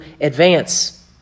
advance